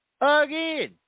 again